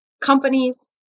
companies